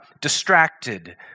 distracted